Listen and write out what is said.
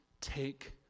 Take